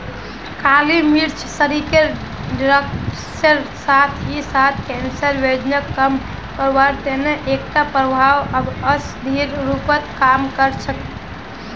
काली मिर्च शरीरक डिटॉक्सेर साथ ही साथ कैंसर, वजनक कम करवार तने एकटा प्रभावी औषधिर रूपत काम कर छेक